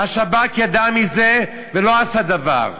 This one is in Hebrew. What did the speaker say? השב"כ ידע, ולא עשה דבר.